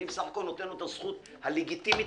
אני בסך הכול נותן לו את הזכות הלגיטימית